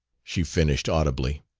she finished audibly.